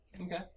Okay